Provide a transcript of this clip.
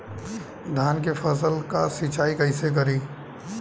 धान के फसल का सिंचाई कैसे करे?